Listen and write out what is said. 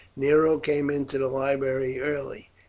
nero came into the library early.